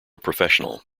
professional